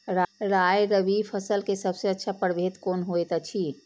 राय रबि फसल के सबसे अच्छा परभेद कोन होयत अछि?